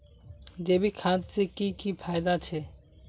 जैविक खाद से की की फायदा छे?